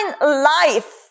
life